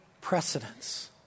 precedence